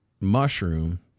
mushroom